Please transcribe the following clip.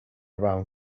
around